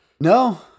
No